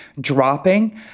dropping